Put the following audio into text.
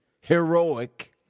heroic